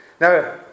Now